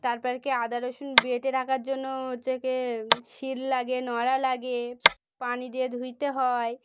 তারপর কি আদা রসুন বেটে রাখার জন্য হচ্ছে কি শিল লাগে নোড়া লাগে পানি দিয়ে ধুতে হয়